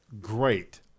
great